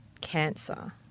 cancer